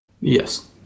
Yes